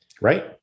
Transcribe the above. right